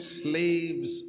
slaves